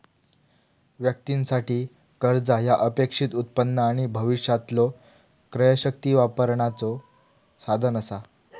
व्यक्तीं साठी, कर्जा ह्या अपेक्षित उत्पन्न आणि भविष्यातलो क्रयशक्ती वापरण्याचो साधन असा